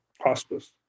hospice